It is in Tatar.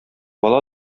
ала